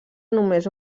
només